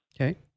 Okay